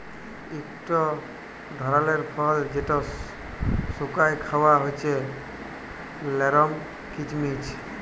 ইকট ধারালের ফল যেট শুকাঁয় খাউয়া হছে লরম কিচমিচ